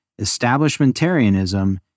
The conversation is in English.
establishmentarianism